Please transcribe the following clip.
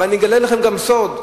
ואני אגלה לכם גם סוד,